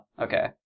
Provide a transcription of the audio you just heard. Okay